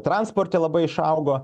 transporte labai išaugo